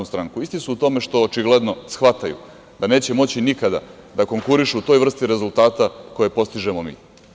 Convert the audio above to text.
Isti su u tome što očigledno shvataju da neće moći nikada da konkurišu u toj vrsti rezultata koje postižemo mi.